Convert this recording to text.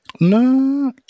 No